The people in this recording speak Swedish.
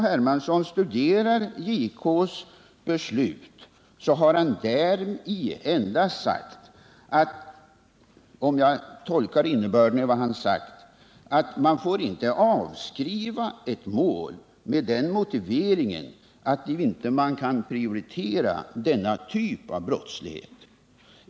Hermansson studerar JK:s beslut, finner han att denne däri sagt att man inte får avskriva ett mål med den motiveringen att man inte kan prioritera denna typ av brottslighet. Det är min tolkning av JK:s svar.